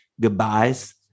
Goodbyes